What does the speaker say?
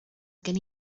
gen